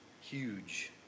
huge